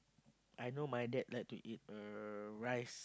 I know my dad like to eat uh rice